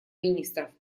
министров